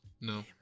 No